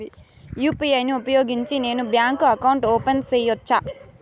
UPI ను ఉపయోగించి నేను బ్యాంకు అకౌంట్ ఓపెన్ సేయొచ్చా?